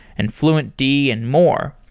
and fluentd and more.